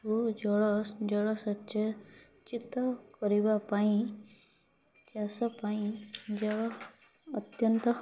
କୁ ଜଳ ଜଳ କରିବା ପାଇଁ ଚାଷ ପାଇଁ ଜଳ ଅତ୍ୟନ୍ତ